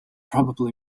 probably